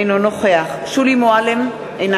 אינו נוכח שולי מועלם-רפאלי,